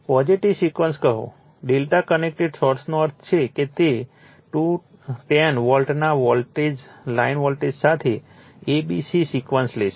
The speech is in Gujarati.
પોઝિટીવ સિક્વન્શ કહો Δ કનેક્ટેડ સોર્સનો અર્થ છે કે તે 210 વોલ્ટના લાઇન વોલ્ટેજ સાથે a b c સિક્વન્શ લેશે